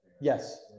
Yes